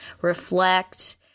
reflect